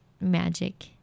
magic